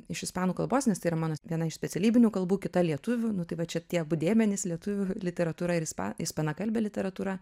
iš ispanų kalbos nes tai yra mano viena iš specialybinių kalbų kita lietuvių nu tai va čia tie abu dėmenys lietuvių literatūra ir ispa ispanakalbė literatūra